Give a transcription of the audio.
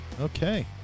Okay